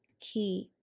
key